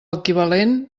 equivalent